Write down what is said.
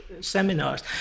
seminars